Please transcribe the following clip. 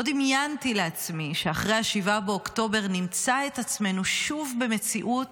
לא דמיינתי לעצמי שאחרי 7 באוקטובר נמצא את עצמנו שוב במציאות